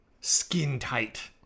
skin-tight